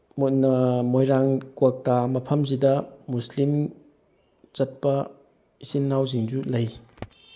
ꯃꯣꯏꯅ ꯃꯣꯏꯔꯥꯡ ꯀ꯭ꯋꯥꯛꯇꯥ ꯃꯐꯝꯁꯤꯗ ꯃꯨꯁꯂꯤꯝ ꯆꯠꯄ ꯏꯆꯤꯟ ꯏꯅꯥꯎꯁꯤꯡꯁꯨ ꯂꯩ